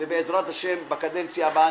בעזרת השם בקדנציה הבאה,